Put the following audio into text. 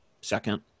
second